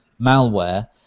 malware